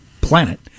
planet